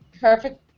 perfect